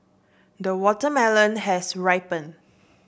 the watermelon has ripened